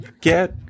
get